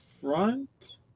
front